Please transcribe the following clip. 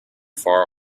far